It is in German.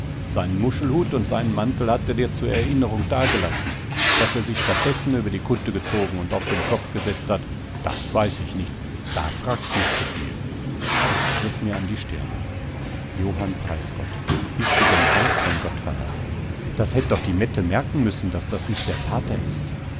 seinen muschelhut und seinen mantel hat er dir zur erinnerung dagelassen was er sich statt dessen über die kutte gezogen und auf den kopf gesetzt hat das weiß ich nicht da fragst mich zu viel ich griff mir an die stirne johann preisgott bist denn ganz von gott verlassen das hätt doch die mette merken müssen daß das nicht der pater ist